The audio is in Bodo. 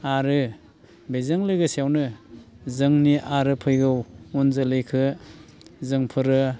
आरो बेजों लोगोसेयावनो जोंनि आरो फैगौ उन जोलैखो जोंफोरो